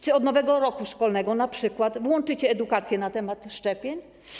Czy od nowego roku szkolnego np. włączycie edukację na temat szczepień?